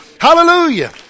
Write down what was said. Hallelujah